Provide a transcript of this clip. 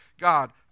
God